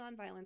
nonviolence